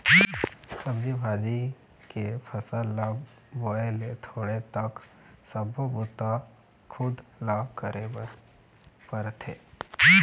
सब्जी भाजी के फसल ल बोए ले तोड़े तक सब्बो बूता खुद ल करे बर परथे